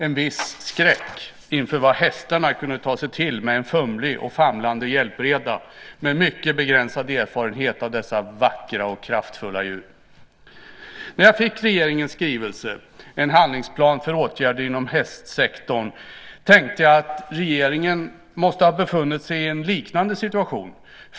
En viss skräck inför vad hästarna kunde ta sig till med en fumlig och famlande hjälpreda med mycket begränsad erfarenhet av dessa vackra och kraftfulla djur. När jag fick regeringens skrivelse En handlingsplan för åtgärder inom hästsektorn tänkte jag att regeringen måste ha befunnit sig i en liknande situation.